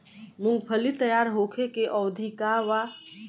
मूँगफली तैयार होखे के अवधि का वा?